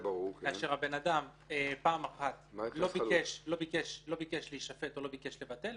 כאשר הבן אדם פעם אחת לא ביקש להישפט או לא ביקש לבטל,